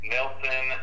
Nelson